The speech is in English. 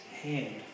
hand